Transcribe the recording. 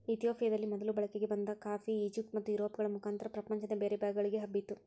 ಇತಿಯೋಪಿಯದಲ್ಲಿ ಮೊದಲು ಬಳಕೆಗೆ ಬಂದ ಕಾಫಿ, ಈಜಿಪ್ಟ್ ಮತ್ತುಯುರೋಪ್ಗಳ ಮುಖಾಂತರ ಪ್ರಪಂಚದ ಬೇರೆ ಭಾಗಗಳಿಗೆ ಹಬ್ಬಿತು